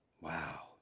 Wow